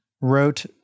wrote